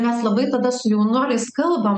mes labai tada jaunuoliais kalbam